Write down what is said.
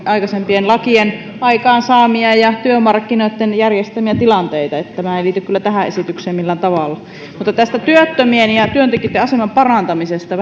aikaisempien lakien aikaansaamia ja ja työmarkkinoitten järjestämiä tilanteita niin että tämä ei kyllä liity tähän esitykseen millään tavalla mutta tästä työttömien ja työntekijöitten aseman parantamisesta